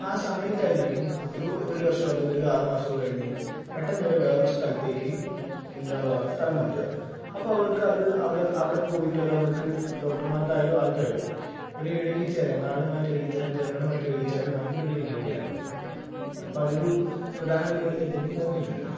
ആ സമയത്തായിരിക്കും ഒരു ഒരു വർഷമോ അല്ലങ്കിൽ ഒര് ആറ് മാസമോ കഴിഞ്ഞ് പെട്ടന്നിവരെ വേറൊരു സ്ഥലത്തേക്ക് എന്താവുക സ്ഥലം മാറ്റുക അപ്പോൾ അവർക്കത് അവിടെ അവിടെ പോയിട്ടത് അവർക്ക് ഡോക്ടർമാർക്കായാലും ആർക്കായാലും ഒരു ഇഴകിച്ചേരാൻ നാടുമായിട്ട് ഇഴകിച്ചേരാൻ ജനങ്ങളുമായിട്ട് ഇഴകിച്ചേരാൻ ഭയങ്കര ഒരു വെല്ലുവിളിയാണ് അപ്പം അതൊരു പ്രധാന വെല്ലുവിളിയായിട്ട് എനിക്ക് തോന്നിയിട്ടുണ്ട്